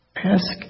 Ask